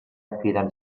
cridant